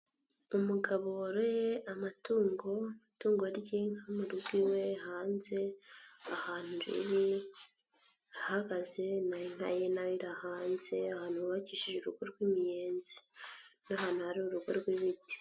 Umugabo woroye amatungo itungo ry'inka mu rugo iwe hanze, ahantu riri rirahagaze n'inka ye nayo iri hanze ahantu hubakishije urugo rw'imiyenzi n'ahantu hari urugo rw'ibiti.